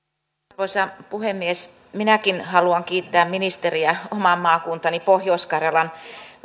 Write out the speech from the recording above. arvoisa puhemies minäkin haluan kiittää ministeriä oman maakuntani pohjois karjalan